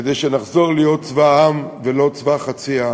כדי שנחזור להיות צבא העם, ולא צבא חצי העם.